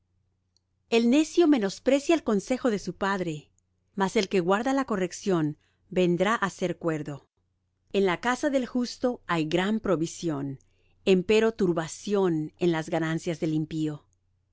el necio menosprecia el consejo de su padre mas el que guarda la corrección vendrá á ser cuerdo en la casa del justo hay gran provisión empero turbación en las ganancias del impío